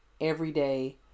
everyday